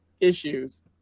issues